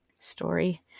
story